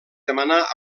demanà